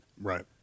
Right